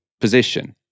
position